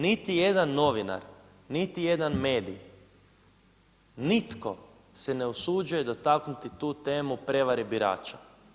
Niti jedan novinar, niti jedan medij, nitko se ne usuđuje dotaknuti tu temu prevare birača.